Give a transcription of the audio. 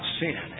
sin